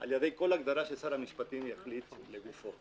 על ידי כל הגדרה ששר המשפטים יחליט לגופו.